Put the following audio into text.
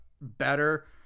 better